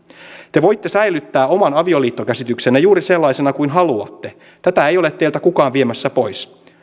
te voitte säilyttää oman avioliittokäsityksenne juuri sellaisena kuin haluatte tätä ei ole teiltä kukaan viemässä pois